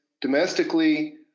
domestically